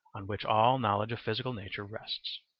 on which all knowledge of physical nature rests.